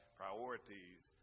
priorities